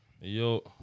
Yo